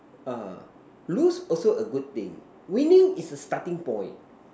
err lose also a good thing winning is a starting point